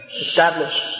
established